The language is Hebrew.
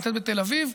או נמצאת בתל אביב,